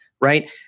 right